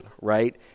right